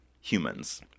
humans